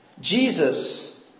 Jesus